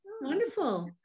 Wonderful